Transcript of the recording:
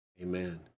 Amen